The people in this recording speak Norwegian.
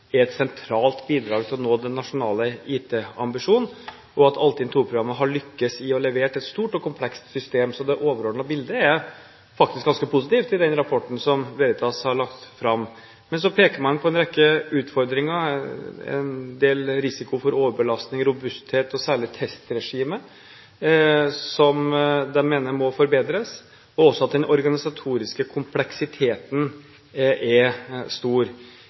er et sentralt bidrag til å nå den nasjonale IT ambisjonen», og at Altinn II-programmet har lyktes i å levere et stort og komplekst system. Så det overordnede bildet er faktisk ganske positivt i den rapporten som Veritas har lagt fram. Men så peker man på en rekke utfordringer, en del risiko for overbelastning, robusthet og særlig testregime, som man mener må forbedres, og også at den organisatoriske kompleksiteten er stor.